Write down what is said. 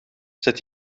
zet